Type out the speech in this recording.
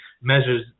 measures